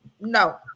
no